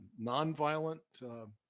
nonviolent